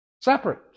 Separate